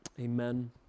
Amen